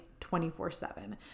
24-7